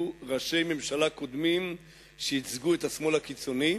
ראשי ממשלה קודמים שייצגו את השמאל הקיצוני,